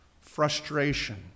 frustration